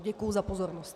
Děkuji za pozornost.